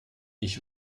ich